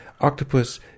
Octopus